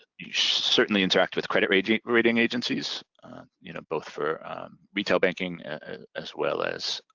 you certainly interact with credit rating rating agencies you know both for retail banking as well as